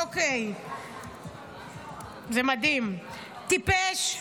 וזה מדהים: טיפש,